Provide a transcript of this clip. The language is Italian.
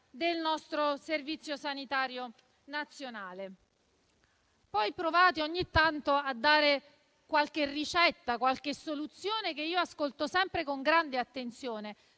del nostro Servizio sanitario nazionale. Poi ogni tanto provate a dare qualche ricetta e soluzione, che ascolto sempre con grande attenzione: